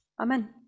Amen